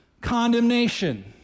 condemnation